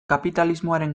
kapitalismoaren